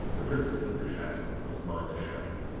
the prince's english accent puts mine to shame.